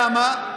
למה?